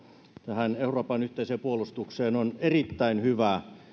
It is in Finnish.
tähän euroopan yhteiseen puolustukseen on erittäin hyvä